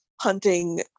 hunting